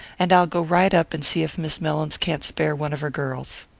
and i'll go right up and see if miss mellins can't spare one of her girls.